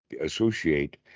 associate